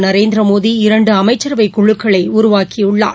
திருநரேந்திரமோடி இரண்டுஅமைச்சரவைக் குழுக்களைஉருவாக்கியுள்ளார்